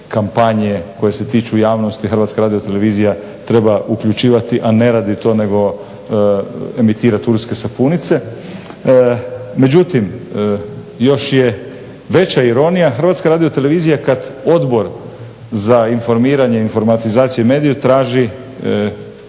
kampanje koje se tiču javnosti Hrvatska radiotelevizija treba uključivati, a ne radi to nego emitira turske sapunice. Međutim, još je veća ironija Hrvatska radiotelevizija kad Odbor za informiranje, informatizaciju i medije traži